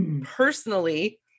personally